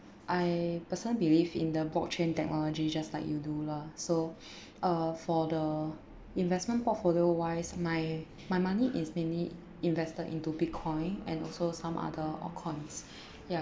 I personally believe in the blockchain technology just like you do lah so uh for the investment portfolio wise my my money is mainly invested into bitcoin and also some other altcoins ya